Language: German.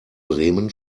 bremen